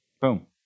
boom